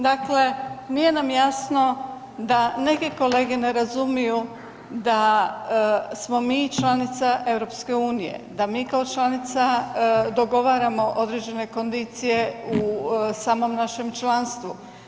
Dakle, nije nam jasno da neke kolege ne razumiju da smo mi članica EU, da mi kao članica dogovaramo određene kondicije u samom našem članstvu.